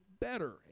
better